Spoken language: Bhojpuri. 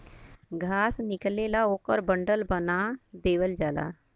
घास निकलेला ओकर बंडल बना देवल जाला